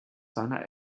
seiner